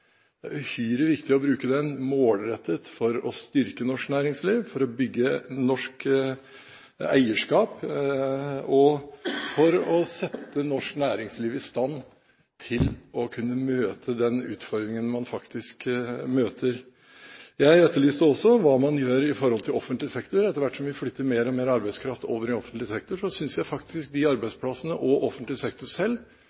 Det er uhyre viktig å bruke den målrettet for å styrke norsk næringsliv, for å bygge norsk eierskap og for å sette norsk næringsliv i stand til å kunne møte den utfordringen man faktisk møter. Jeg etterlyste også hva man gjør i offentlig sektor. Etter hvert som vi flytter mer og mer arbeidskraft over i offentlig sektor, synes jeg faktisk de